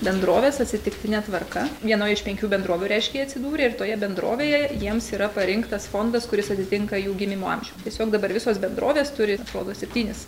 bendroves atsitiktine tvarka vienoje iš penkių bendrovių reiškia jie atsidūrė ir toje bendrovėje jiems yra parinktas fondas kuris atitinka jų gimimo amžių tiesiog dabar visos bendrovės turi atrodo septynis